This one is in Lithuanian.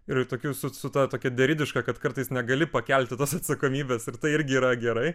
ir tokiu su su ta tokia deridiška kad kartais negali pakelti tos atsakomybės ir tai irgi yra gerai